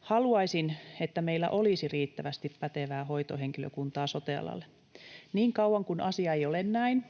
Haluaisin, että meillä olisi riittävästi pätevää hoitohenkilökuntaa sote-alalle. Niin kauan kuin asia ei ole näin,